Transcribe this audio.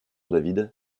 david